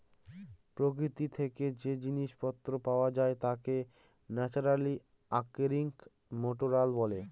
প্রকৃতি থেকে যে জিনিস পত্র পাওয়া যায় তাকে ন্যাচারালি অকারিং মেটেরিয়াল বলে